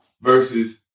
versus